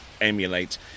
emulate